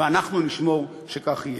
ואנחנו נשמור שכך יהיה.